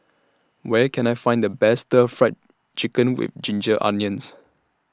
Where Can I Find The Best Stir Fried Chicken with Ginger Onions